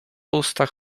ustach